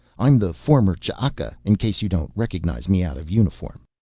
i'm the former ch'aka, in case you don't recognize me out of uniform.